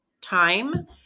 time